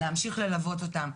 להמשיך ללוות אותם,